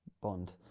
bond